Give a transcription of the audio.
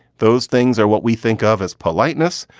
those things are what we think of as politeness.